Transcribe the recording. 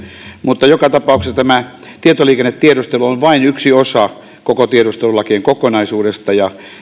mutta joka tapauksessa tämä tietoliikennetiedustelu on vain yksi osa koko tiedustelulakien kokonaisuudesta